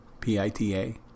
P-I-T-A